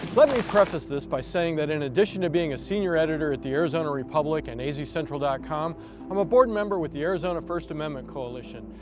let me preface by saying that in addition to being a senior editor at the arizona republic and azcentral dot com i'm a board member with the arizona first amendment coalition,